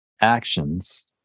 actions